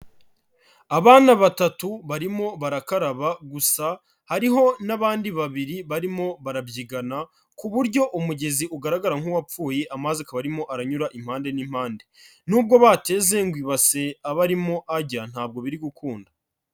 Abana batatu barimo barakaraba, gusa hariho n'abandi babiri barimo barabyigana ku buryo umugezi ugaragara nk'uwapfuye, amazi akaba arimo aranyura impande n'impande nubwo bateze ngo ibase aba arimo ajya ntabwo biri gukunda.